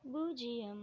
பூஜ்ஜியம்